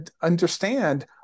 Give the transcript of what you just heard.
understand